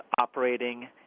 operating